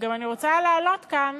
ואני גם רוצה להעלות כאן